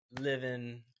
living